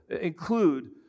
include